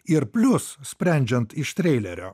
ir plius sprendžiant iš treilerio